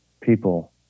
people